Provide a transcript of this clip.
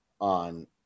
on